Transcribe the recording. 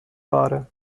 ware